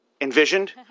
envisioned